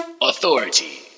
Authority